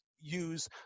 use